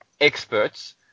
experts